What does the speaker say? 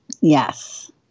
Yes